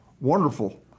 wonderful